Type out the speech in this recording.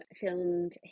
filmed